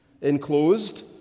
Enclosed